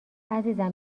عزیزم